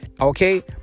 okay